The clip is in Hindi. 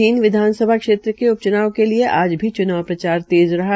जींद विधानसभा क्षेत्र के उप च्नाव के लिये आज भी च्नाव प्रचार तेज़ रहा